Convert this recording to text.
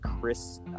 Chris